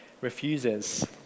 refuses